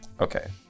Okay